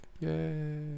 Yay